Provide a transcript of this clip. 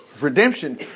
redemption